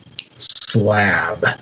Slab